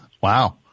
Wow